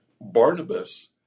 Barnabas